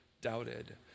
doubted